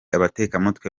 abatekamutwe